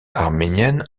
arménienne